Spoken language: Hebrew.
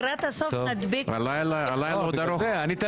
הלילה עוד ארוך.